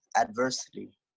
adversity